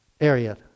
area